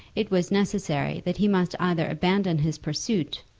it was necessary that he must either abandon his pursuit,